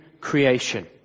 creation